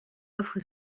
offre